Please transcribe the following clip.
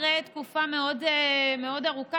אחרי תקופה מאוד ארוכה,